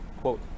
Quote